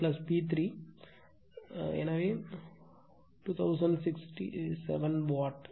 So 2067 what